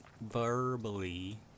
verbally